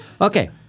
Okay